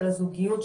של הזוגיות,